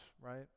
right